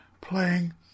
playing